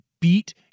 beat